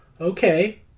okay